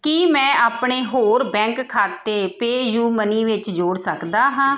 ਕੀ ਮੈਂ ਆਪਣੇ ਹੋਰ ਬੈਂਕ ਖਾਤੇ ਪੇਯੂਮਨੀ ਵਿੱਚ ਜੋੜ ਸਕਦਾ ਹਾਂ